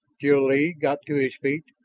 jil-lee got to his feet,